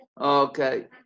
Okay